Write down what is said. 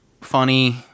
Funny